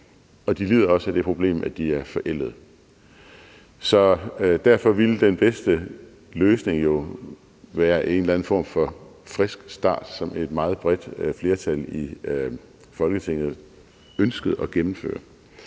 Og de lider også af det problem, at de er forældede. Derfor ville den bedste løsning jo være en eller anden form for frisk start, som et meget bredt flertal i Folketinget ønskede at gennemføre.